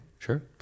Sure